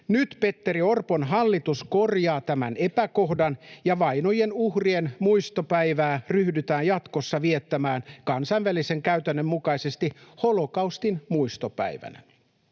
Nyt Petteri Orpon hallitus korjaa tämän epäkohdan, ja vainojen uhrien muistopäivää ryhdytään jatkossa viettämään kansainvälisen käytännön mukaisesti holokaustin muistopäivänä.